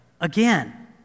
again